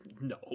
no